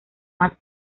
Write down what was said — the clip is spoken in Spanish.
más